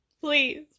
Please